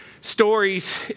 stories